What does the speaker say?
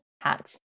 hats